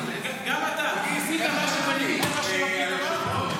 גם אתה, עשית משהו בניגוד למה שלפיד אמר?